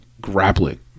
grappling